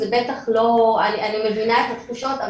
אני מבינה את התחושות,